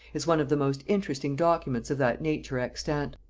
is one of the most interesting documents of that nature extant.